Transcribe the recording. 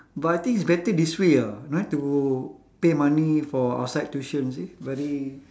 but I think it's better this way ah no need to pay money for outside tuition you see very